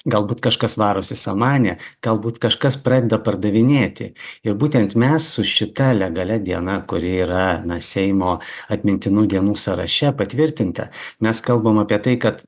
galbūt kažkas varosi samanę galbūt kažkas pradeda pardavinėti ir būtent mes su šita legalia diena kuri yra seimo atmintinų dienų sąraše patvirtinta mes kalbam apie tai kad